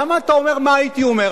למה אתה אומר מה הייתי אומר,